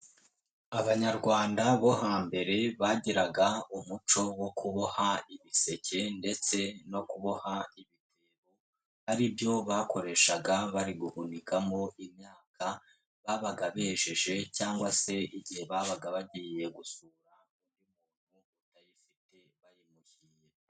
Abanyarwanda bo hambere bagiraga umuco wo kuboha ibiseke ndetse no kuboha ibyibo, aribyo bakoreshaga bari guhunikamo imyaka babaga bejeje, cyangwa se igihe babaga bagiye gusura umuntu.